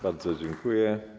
Bardzo dziękuję.